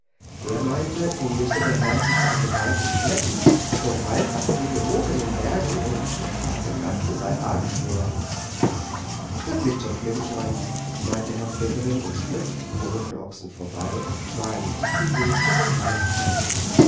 der meinte nun müsse der herr sich aber gewaltig schleppen denn waldrast liege hoch in den bergen und der schwarze kasten sei arg schwer wird nicht so schlimm sein meinte herr severin und schritt am roten ochsen vorbei auf schmalem wiesenweg in den wald hinein